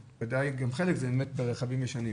וחלק זה באמת ברכבים ישנים.